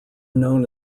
known